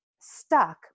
stuck